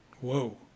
Whoa